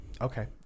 Okay